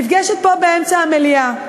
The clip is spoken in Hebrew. נפגשת פה באמצע המליאה.